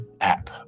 app